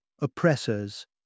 oppressors